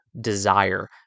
desire